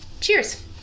Cheers